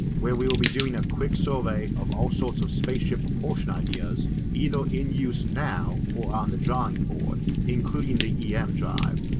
where we will be doing a quick survey of all sorts of spaceship propulsion ideas either in use now or on the drawing board, including the um drive.